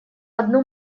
одну